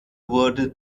wurde